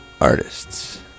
artists